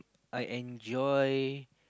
I enjoy